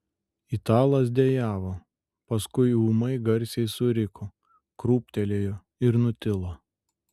italas dejavo paskui ūmai garsiai suriko krūptelėjo ir nutilo